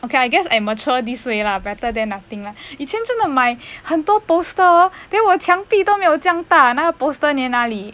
okay I guess I mature this way lah better than nothing lah 以前真的买很多 poster hor then 我墙壁都没有这样大那个 poster 粘哪里